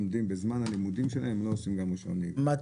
בזמן הלימודים שלהם הם לא עושים גם רישיון נהיגה.